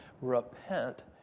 Repent